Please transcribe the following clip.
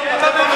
גם אנחנו שואלים.